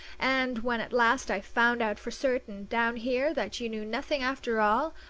and when at last i found out for certain, down here, that you knew nothing after all,